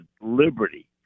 Liberty